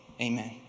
Amen